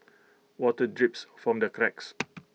water drips from the cracks